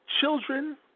children